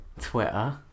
Twitter